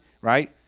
right